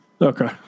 Okay